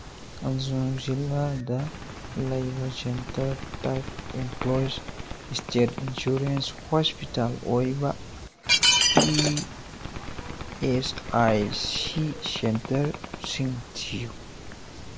ꯑꯟꯖꯣ ꯖꯤꯂꯥꯗ ꯂꯩꯕ centre type employees state insurance hospital ꯑꯣꯏꯕ ꯏ ꯑꯦꯁ ꯑꯥꯏ ꯁꯤ ꯁꯦꯟꯇꯔꯁꯤꯡ ꯊꯤꯌꯨ